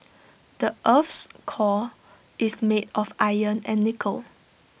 the Earth's core is made of iron and nickel